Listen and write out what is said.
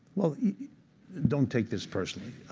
well, don't take this personally.